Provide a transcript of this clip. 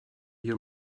your